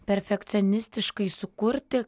perfekcionistiškai sukurti